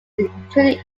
included